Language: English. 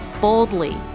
boldly